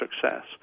Success